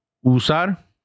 usar